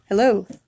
Hello